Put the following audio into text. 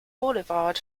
boulevard